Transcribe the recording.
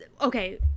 okay